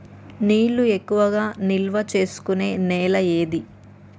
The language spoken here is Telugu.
నీళ్లు ఎక్కువగా నిల్వ చేసుకునే నేల ఏది?